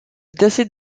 décident